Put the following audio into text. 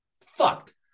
Fucked